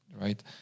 right